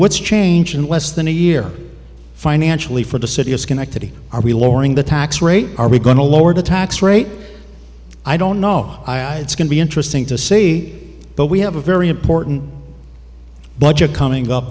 what's changed in less than a year financially for the city of schenectady are we lowering the tax rate are we going to lower the tax rate i don't know i it's going to be interesting to say but we have a very important budget coming up